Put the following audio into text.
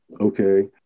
okay